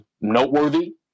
noteworthy